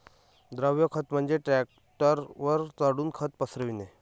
द्रव खत म्हणजे ट्रकवर चढून खत पसरविणे